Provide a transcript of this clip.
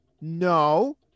no